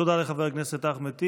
תודה לחבר הכנסת אחמד טיבי.